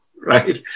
right